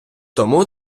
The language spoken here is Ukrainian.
тому